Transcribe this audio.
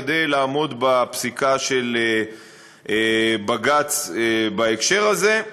כדי לעמוד בפסיקה של בג"ץ בהקשר הזה.